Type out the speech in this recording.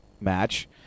match